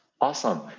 Awesome